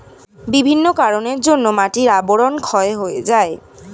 বিভিন্ন কারণের জন্যে মাটির আবরণ ক্ষয় হয়ে যায়